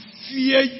fear